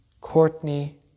Courtney